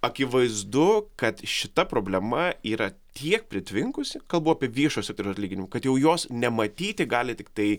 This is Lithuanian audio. akivaizdu kad šita problema yra tiek pritvinkusi kalbu apie viešojo sektoriaus atlyginimus kad jau jos nematyti gali tiktai